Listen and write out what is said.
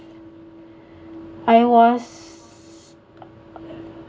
I was